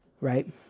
right